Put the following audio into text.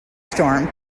storm